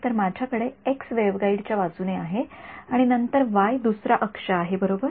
तर माझ्याकडे एक्स वेव्हगाईडच्या बाजूने आहे आणि नंतर वाय दुसरा अक्ष आहे बरोबर